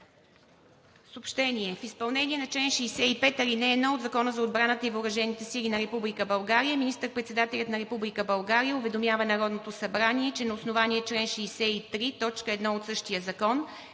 Съобщения: 1. В изпълнение на чл. 65, ал. 1 от Закона за отбраната и въоръжените сили на Република България министър-председателят на Република България уведомява Народното събрание, че на основание чл. 63, т. 1 от същия закон